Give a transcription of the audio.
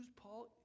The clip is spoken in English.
Paul